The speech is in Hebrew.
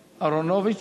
אהרונוביץ?